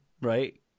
right